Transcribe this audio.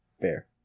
Fair